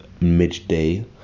midday